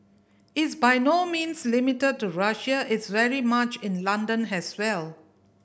it's by no means limited to Russia it's very much in London has well